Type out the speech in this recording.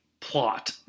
plot